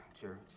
church